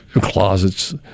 closets